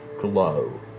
glow